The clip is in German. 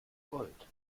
gold